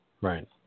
Right